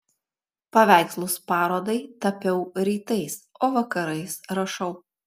paveikslus parodai tapiau rytais o vakarais rašau